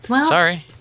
sorry